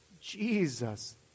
Jesus